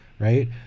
right